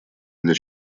для